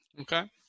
Okay